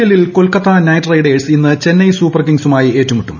എല്ലിൽ കൊൽക്കത്ത നൈറ്റ്റൈഡേഴ്സ് ഇന്ന് ചെന്നൈ സൂപ്പർ കിങ്സുമായി ഏറ്റുമുട്ടും